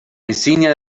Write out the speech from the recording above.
insignia